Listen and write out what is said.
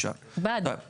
לצורך מתן